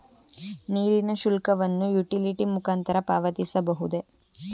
ನೀರಿನ ಶುಲ್ಕವನ್ನು ಯುಟಿಲಿಟಿ ಮುಖಾಂತರ ಪಾವತಿಸಬಹುದೇ?